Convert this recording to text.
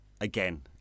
again